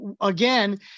again